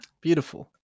beautiful